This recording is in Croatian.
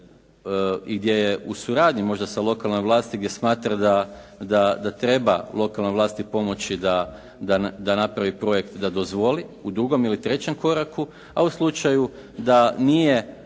i gdje je u suradnji možda sa lokalnom vlasti, gdje smatra da treba lokalnoj vlasti pomoći da napravi projekt, da dozvoli u drugom ili trećem koraku. A u slučaju da nije